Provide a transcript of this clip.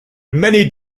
many